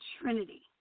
trinity